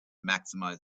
maximize